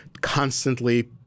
constantly